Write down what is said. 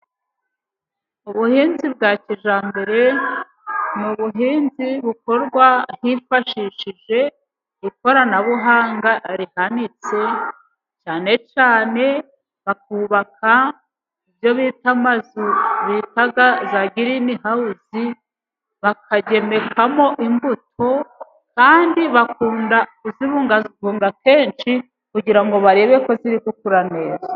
Mu buhinzi bwa kijyambere, ni ubuhinzi bukorwa hifashishije ikoranabuhanga rihanitse cyane cyane, bakubaka ibyo bita amazu bita za girini hawuzi bakagemekamo imbuto, kandi bakunda kuzibungabunga kenshi kugira ngo barebe ko ziri gukura neza.